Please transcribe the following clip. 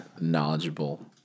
knowledgeable